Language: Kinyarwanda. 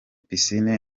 piscine